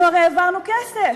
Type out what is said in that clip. אנחנו הרי העברנו כסף,